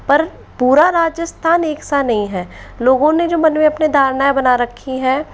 पर पूरा राजस्थान एक सा नहीं है लोगों ने जो मन में अपने धारणाएँ बना रखी है